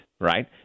right